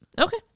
Okay